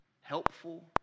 helpful